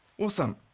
awesome.